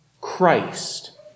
Christ